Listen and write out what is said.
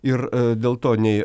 ir dėl to nei